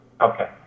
Okay